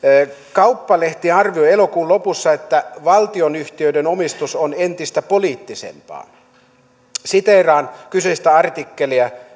kauppalehti arvioi elokuun lopussa että valtionyhtiöiden omistus on entistä poliittisempaa siteeraan kyseistä artikkelia